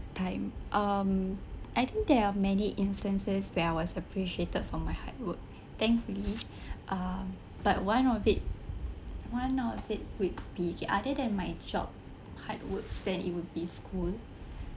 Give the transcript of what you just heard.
time um I think there are many instances when I was appreciated from my hard work thankfully uh but one of it one of it will be other than my job hard works then it would be school